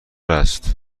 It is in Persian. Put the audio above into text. است